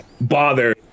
bother